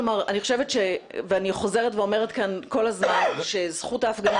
כלומר אני חושבת ש ואני חוזרת ואומרת כאן כל הזמן שזכות ההפגנה